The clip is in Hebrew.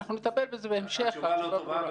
נכון.